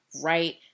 right